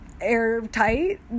airtight